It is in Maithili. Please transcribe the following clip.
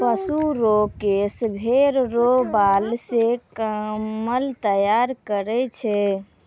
पशु रो केश भेड़ा रो बाल से कम्मल तैयार करै छै